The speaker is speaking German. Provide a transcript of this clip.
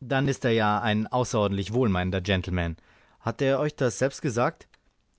dann ist er ja ein außerordentlich wohlmeinender gentleman hat er euch das selbst gesagt